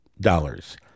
dollars